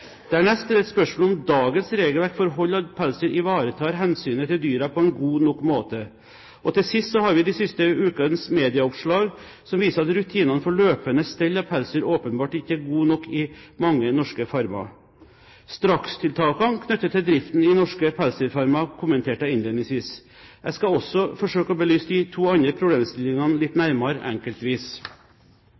er det et spørsmål om dagens regelverk for hold av pelsdyr ivaretar hensynet til dyrene på en god nok måte. Til sist har vi de siste ukenes medieoppslag som viser at rutinene for løpende stell av pelsdyr åpenbart ikke er gode nok i mange norske farmer. Strakstiltakene knyttet til driften i norske pelsdyrfarmer kommenterte jeg innledningsvis. Jeg skal også forsøke å belyse de to andre problemstillingene litt nærmere enkeltvis.